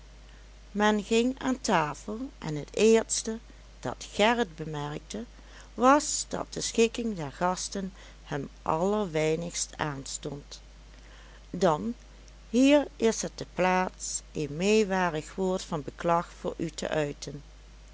men ging aan tafel en het eerste dat gerrit bemerkte was dat de schikking der gasten hem allerweinigst aanstond dan hier is het de plaats een meewarig woord van beklag voor u te uiten